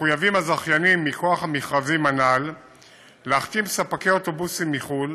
מחויבים הזכיינים מכוח המכרזים הנ"ל להחתים ספקי אוטובוסים מחו"ל